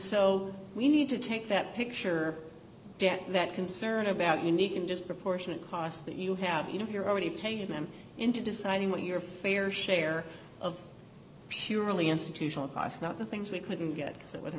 so we need to take that picture get that concerned about unique and just proportionate cost that you have you know you're already paying them into deciding what your fair share of purely institutional cost not the things we couldn't get